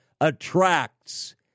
attracts